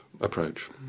approach